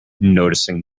noticing